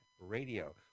Radio